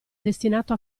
destinato